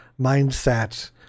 mindset